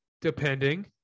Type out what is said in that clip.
Depending